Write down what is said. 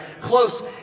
Close